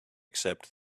except